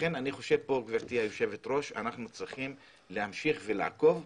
לכן אנחנו צריכים להמשיך לעקוב.